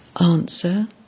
Answer